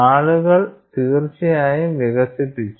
ആളുകൾ തീർച്ചയായും വികസിപ്പിച്ചു